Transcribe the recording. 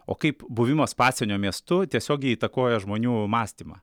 o kaip buvimas pasienio miestu tiesiogiai įtakoja žmonių mąstymą